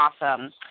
Awesome